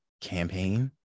campaign